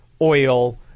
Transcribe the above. oil